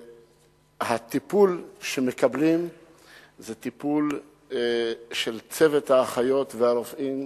הטיפול שהם מקבלים זה טיפול של צוות האחיות והרופאים,